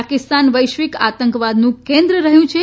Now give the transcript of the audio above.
પાકિસ્તાન વૈશ્વિક આતંકવાદનું કેન્દ્ર રહ્યુ છે